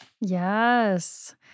Yes